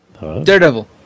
Daredevil